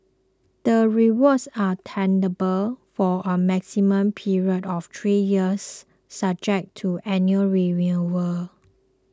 the rewards are tenable for a maximum period of three years subject to annual renewal